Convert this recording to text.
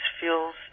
feels